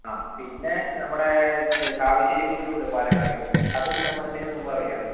ആ പിന്നെ നമ്മുടെ കാവശ്ശേരി പൂരവൊണ്ട് പാലക്കാട് അതും നമ്മുടെ ഇതിന് മുൻപാണ് വരിക